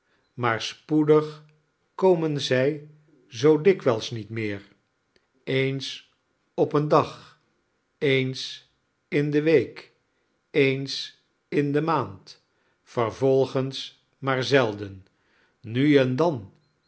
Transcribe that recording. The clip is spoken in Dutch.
maar spoedig komen zij zoo dikwijls niet meer eens op een dag eens in de week eens in de maand vervolgens maar zelden nu en dan